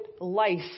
life